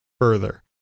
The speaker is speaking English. further